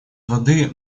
воды